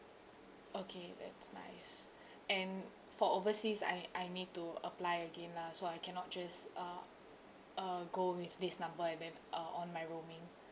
okay that's nice and for overseas I I need to apply again lah so I cannot just uh uh go with this number and then uh on my roaming